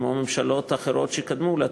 כמו ממשלות אחרות שקדמו לה,